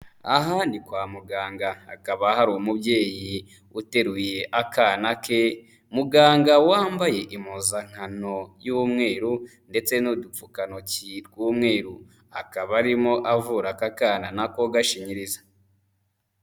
Aha ni kwa muganga hakaba hari umubyeyi uteruye akana ke, muganga wambaye impuzankano y'umweru ndetse n'udupfukantoki tw'umweru, akaba arimo avura aka kana nako gashinyiriza.